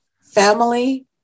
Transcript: family